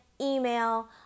email